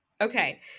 Okay